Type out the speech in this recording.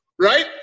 Right